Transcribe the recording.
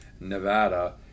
Nevada